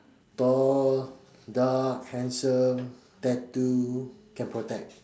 tall dark handsome tattoo can protect